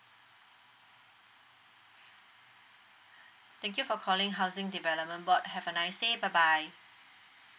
thank you for calling housing development board have a nice day bye bye